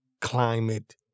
climate